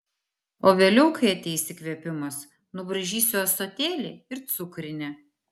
o vėliau kai ateis įkvėpimas nubraižysiu ąsotėlį ir cukrinę